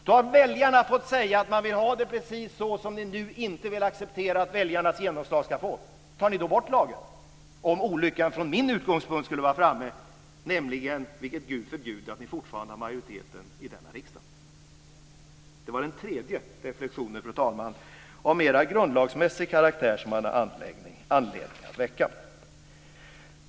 Då har väljarna sagt att de vill ha det precis så som ni nu inte vill acceptera att de vill ha det. Tar ni bort lagen om olyckan skulle vara framme från min utgångspunkt, nämligen att ni, vilket Gud förbjude, fortfarande har majoriteten i denna riksdag? Det var den tredje reflexionen, fru talman, av mera grundlagsmässig karaktär som man har anledning att göra.